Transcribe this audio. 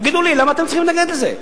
תגידו לי, למה אתם צריכים להתנגד לזה?